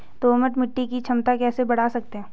दोमट मिट्टी की क्षमता कैसे बड़ा सकते हैं?